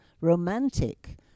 romantic